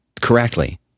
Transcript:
correctly